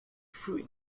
fruit